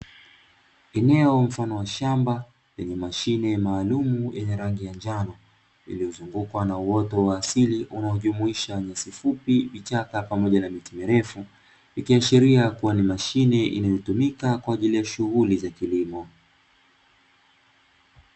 Eneo mfano wa shamba yenye mashine maalumu yenye rangi ya njano iliyozungukwa na uoto wa asili unaojumuisha nyasi fupi, vichaka pamoja na miti mirefu, ikiashiria kuwa ni mashine inayotumika kwa ajili ya shughuli za kilimo.